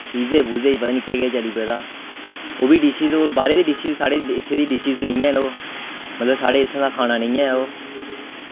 पिज्जे पुज्जे पता निं केह् केह् चली पेदा ओह् वी डिशेस बाह्र दी डिशेस साढ़े इत्थे दी डिशेस निं हैन ओह् मतलब साढ़े इत्थें दा खाना निं ऐ ओह्